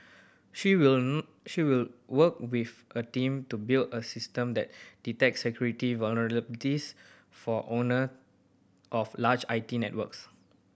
she will she will work with a team to build a system that detects security vulnerabilities for owner of large I T networks